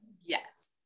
Yes